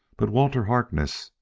but walter harkness,